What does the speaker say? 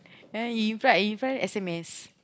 ah he reply reply S_M_S